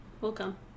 Welcome